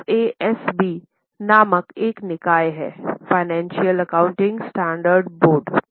US में FASB नामक एक निकाय है फाइनेंसियल एकाउंटिंग स्टैण्डर्ड बोर्ड